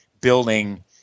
building